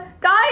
guys